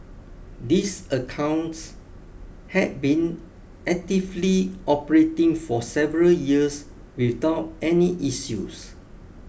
these accounts had been actively operating for several years without any issues